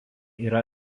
yra